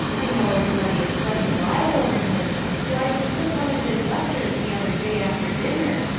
i know everybody is running wild over him, so i just took one of his lectures the other day after dinner,